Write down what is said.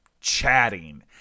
chatting